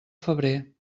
febrer